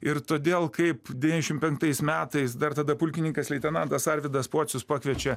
ir todėl kaip devyniasdešim penktais metais dar tada pulkininkas leitenantas arvydas pocius pakviečia